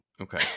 Okay